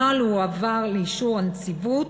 הנוהל הועבר לאישור הנציבות,